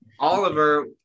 Oliver